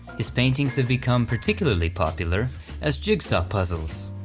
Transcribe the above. his paintings have become particularly popular as jigsaw puzzles.